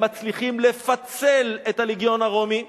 הם מצליחים לפצל את הלגיון הרומי,